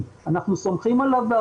אנחנו סומכים על ה-FDA בנושא החיסונים,